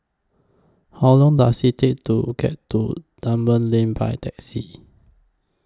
How Long Does IT Take to get to Dunman Lane By Taxi